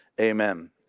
Amen